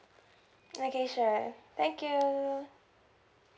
okay sure thank you